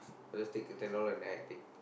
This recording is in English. I just take the ten dollar and then I take